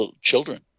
children